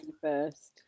first